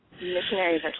missionaries